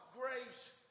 Grace